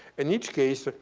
in each case, ah